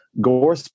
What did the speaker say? Gore